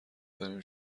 داریم